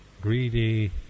greedy